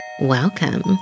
welcome